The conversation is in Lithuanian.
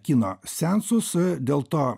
kino seansus dėl to